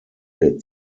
der